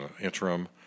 interim